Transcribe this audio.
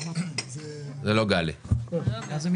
נוסח